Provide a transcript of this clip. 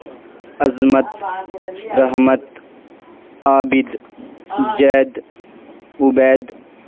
Azmat Rehmat Abid Zaid Ubaid